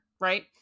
right